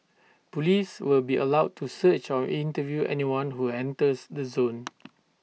Police will be allowed to search or interview anyone who enters the zone